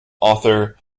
author